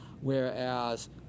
Whereas